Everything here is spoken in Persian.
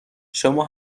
شما